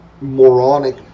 moronic